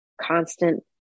constant